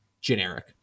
generic